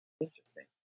Interesting